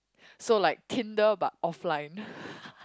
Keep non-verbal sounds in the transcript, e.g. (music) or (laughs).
so like Tinder but offline (laughs)